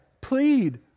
Plead